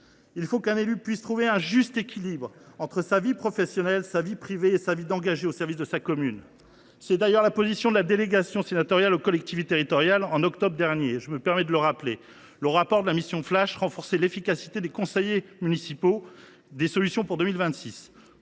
Il faut qu’un élu puisse trouver un juste équilibre entre sa vie professionnelle, sa vie privée et sa vie d’engagé au service de sa commune. C’était d’ailleurs la position de la délégation sénatoriale aux collectivités territoriales en octobre dernier, je me permets de le rappeler ! C’est faux ! Sa mission flash sur l’efficacité du fonctionnement des conseils municipaux